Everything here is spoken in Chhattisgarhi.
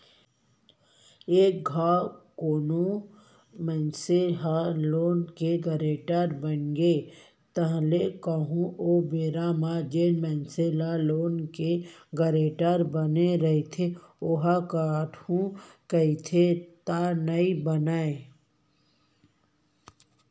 एक घांव कोनो मनसे ह लोन के गारेंटर बनगे ताहले कहूँ ओ बेरा म जेन मनसे ह लोन के गारेंटर बने रहिथे ओहा हटहू कहिथे त नइ बनय